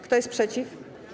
Kto jest przeciw?